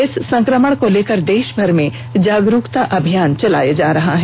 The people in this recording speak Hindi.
इस संक्रमण को लेकर देशभर में जागरूकता अभियान चलाये जा रहे हैं